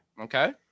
Okay